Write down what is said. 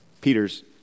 Peter's